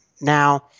Now